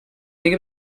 think